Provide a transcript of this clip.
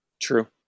true